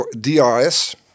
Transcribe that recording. DRS